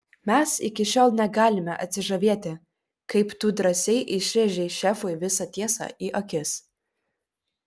mes iki šiol negalime atsižavėti kaip tu drąsiai išrėžei šefui visą tiesą į akis